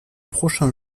prochains